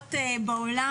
הגבוהות בעולם,